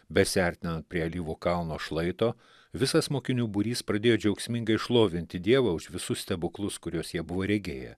besiartinant prie alyvų kalno šlaito visas mokinių būrys pradėjo džiaugsmingai šlovinti dievą už visus stebuklus kuriuos jie buvo regėję